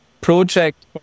project